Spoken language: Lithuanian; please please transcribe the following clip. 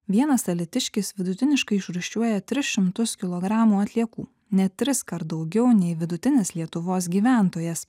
vienas alytiškis vidutiniškai išrūšiuoja tris šimtus kilogramų atliekų net triskart daugiau nei vidutinis lietuvos gyventojas